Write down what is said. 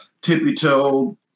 tippy-toe